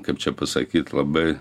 kaip čia pasakyt labai